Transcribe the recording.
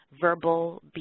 verbal